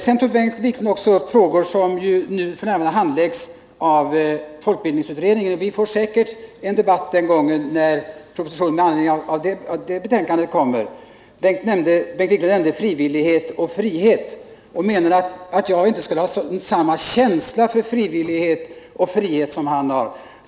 Vidare tog Bengt Wiklund också upp frågor som f.n. handläggs i folkbildningsutredningen. Vi får säkerligen en debatt om dessa frågor när propositionen med anledning av denna utrednings betänkande framläggs. Bengt Wiklund talade om frihet och frivillighet och menade att jag inte skulle ha samma känsla för frihet och frivillighet som han har.